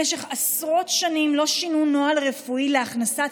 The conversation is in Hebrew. במשך עשרות שנים לא שינו נוהל רפואי להכנסת